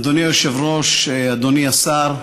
אדוני היושב-ראש, אדוני השר,